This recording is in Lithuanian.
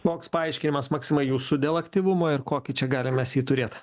koks paaiškinimas maksimai jūsų dėl aktyvumo ir kokį čia galim mes jį turėt